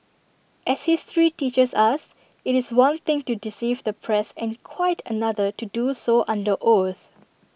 as history teaches us IT is one thing to deceive the press and quite another to do so under oath